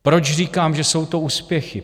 Proč říkám, že jsou to úspěchy?